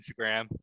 instagram